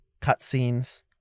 cutscenes